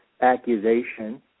accusation